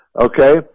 Okay